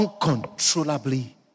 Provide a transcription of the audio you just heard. Uncontrollably